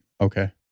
Okay